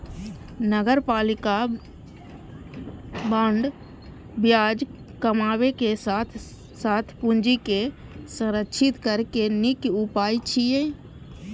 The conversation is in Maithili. नगरपालिका बांड ब्याज कमाबै के साथ साथ पूंजी के संरक्षित करै के नीक उपाय छियै